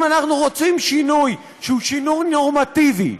אם אנחנו רוצים שינוי שהוא שינוי נורמטיבי,